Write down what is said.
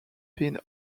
been